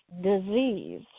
disease